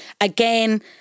again